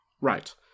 Right